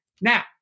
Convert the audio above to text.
Now